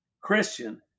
Christian